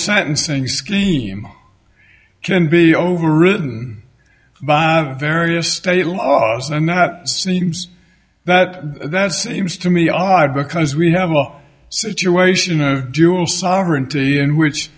sentencing scheme can be overridden by various state laws and that seems that that seems to me odd because we have a situation of dual sovereignty in which